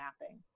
mapping